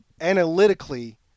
analytically –